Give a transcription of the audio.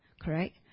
Correct